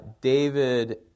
David